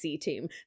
team